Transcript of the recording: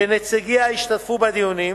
שנציגיה השתתפו בדיונים,